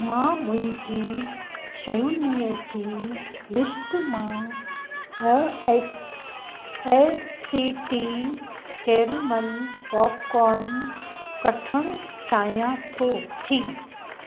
मां मुंहिंजी शयुनि जी लिस्ट मां अ एस ए सी टी कैरिमल पॉपकॉर्न कठणु चाहियां थो थी